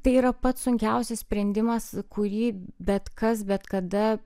tai yra pats sunkiausias sprendimas kurį bet kas bet kada